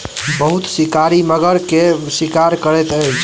बहुत शिकारी मगर के शिकार करैत अछि